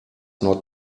not